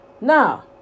Now